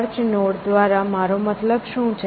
search node દ્વારા મારો મતલબ શું છે